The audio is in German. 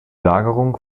lagerung